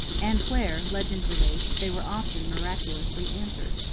and where, legend relates, they were often miraculously answered.